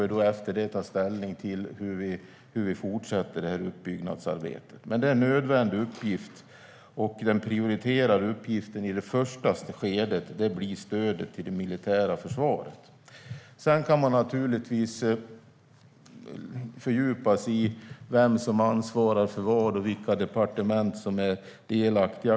Efter det får vi ta ställning till hur vi fortsätter uppbyggnadsarbetet. Det är en nödvändig uppgift, och den prioriterade uppgiften i det första skedet blir stödet till det militära försvaret. Man kan naturligtvis fördjupa sig i vem som ansvarar för vad och vilka departement som är delaktiga.